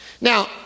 Now